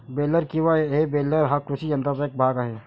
baler किंवा हे baler हा कृषी यंत्राचा एक भाग आहे